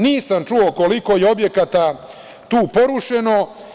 Nisam čuo koliko je objekata tu porušeno.